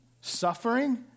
suffering